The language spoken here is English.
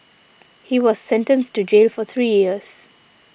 he was sentenced to jail for three years